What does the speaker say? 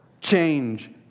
change